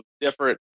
different